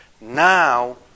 Now